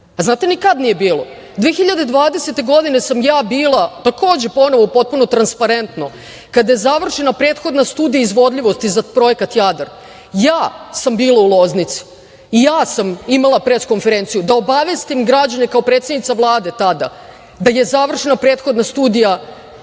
Znate ni kada nije bilo? Godine 2020. sam bila, takođe, ponovo potpuno transparentno, kada je završena prethodna studija izvodljivosti za projekat „Jadar“, u Loznici i ja sam imala pres-konferenciju da obavestim građane kao predsednica Vlade, tada, da je završena prethodna studija izvodljivosti